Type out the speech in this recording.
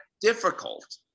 difficult